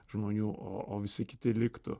žmonių o o visi kiti liktų